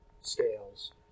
scales